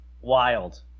Wild